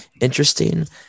interesting